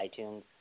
iTunes